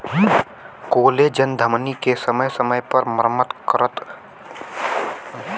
collagen धमनी के समय समय पर मरम्मत करत रहला